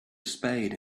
spade